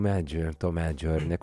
medžio to medžio ar ne